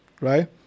right